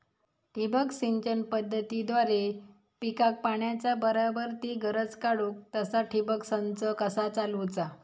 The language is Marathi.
ठिबक सिंचन पद्धतीद्वारे पिकाक पाण्याचा बराबर ती गरज काडूक तसा ठिबक संच कसा चालवुचा?